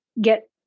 get